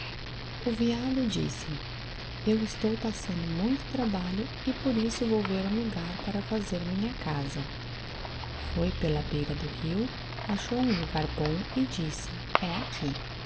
o veado disse eu estou passando muito trabalho e por isso vou ver um logar para fazer minha casa foi pela beira do rio achou um lognr bom e disse é aqui